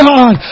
God